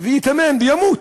וייטמן וימות.